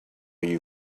you